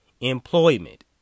employment